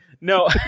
No